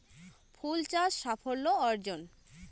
ফুল চাষ সাফল্য অর্জন?